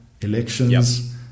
Elections